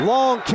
Long